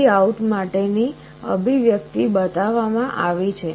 VOUT માટેની અભિવ્યક્તિ બતાવવામાં આવી છે